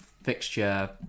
Fixture